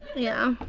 yeah.